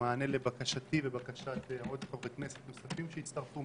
במענה לבקשתי ולבקשת עוד חברי כנסת נוספים שהצטרפו,